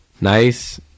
Nice